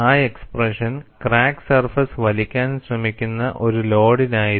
ആ expression crack surface വലിക്കാൻ ശ്രമിക്കുന്ന ഒരു ലോഡിനായിരുന്നു